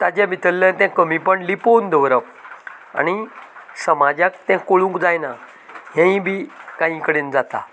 ताजे भितरलें तें कमीपण लिपोवन दवरप आनी समाजाक तें कळूंक जायना हेय बी कांय कडेन जाता